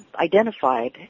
identified